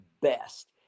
best